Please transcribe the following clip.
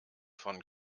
von